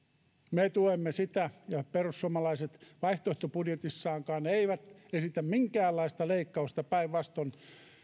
me tuemme sitä eivätkä perussuomalaiset vaihtoehtobudjetissaankaan esitä minkäänlaista leikkausta päinvastoin